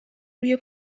روی